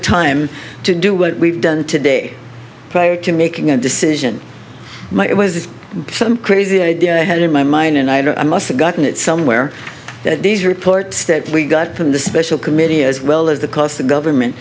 time to do what we've done today prior to making a decision my it was a crazy idea i had in my mind and i must have gotten it somewhere that these reports that we got from the special committee as well as the cost of government